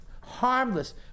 harmless